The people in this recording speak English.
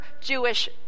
Jewish